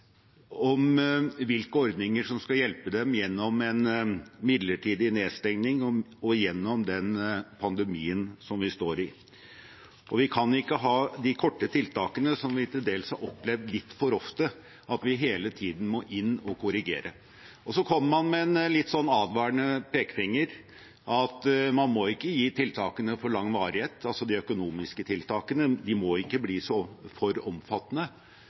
hvilke ordninger som skal hjelpe dem gjennom en midlertidig nedstenging og den pandemien vi står i. Vi kan ikke ha de korte tiltakene, som vi til dels har opplevd litt for ofte, som gjør at vi hele tiden må inn og korrigere. Man kommer med en litt advarende pekefinger: Man må ikke gi de økonomiske tiltakene for lang varighet, de må ikke bli for omfattende,